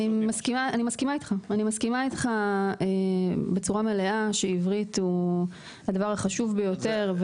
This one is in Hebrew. אני מסכימה איתך בצורה מלאה שעברית היא הדבר החשוב ביותר,